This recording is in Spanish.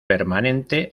permanente